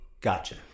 Gotcha